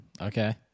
Okay